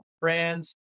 brands